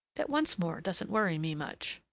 that once more doesn't worry me much.